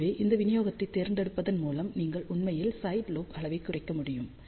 எனவே இந்த விநியோகத்தைத் தேர்ந்தெடுப்பதன் மூலம் நீங்கள் உண்மையில் சைட்லோப் அளவைக் குறைக்க முடியும்